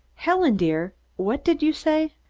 helen, dear, what did you say?